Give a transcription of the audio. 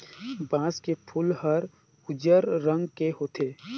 बांस के फूल हर उजर रंग के होथे